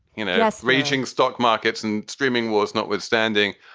you know, that's raging stock markets and streaming wars notwithstanding.